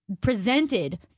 presented